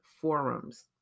forums